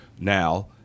now